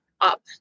up